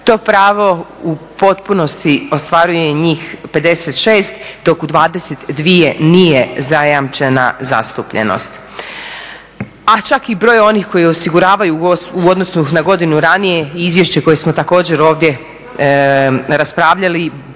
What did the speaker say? to pravo u potpunosti ostvaruje njih 56 dok u 22 nije zajamčena zastupljenost. A čak i broj onih koji osiguravaju u odnosu na godinu ranije i izvješće koje smo također ovdje raspravljali,